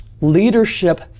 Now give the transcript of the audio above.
leadership